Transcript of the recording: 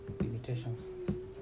limitations